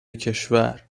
کشور